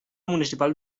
municipal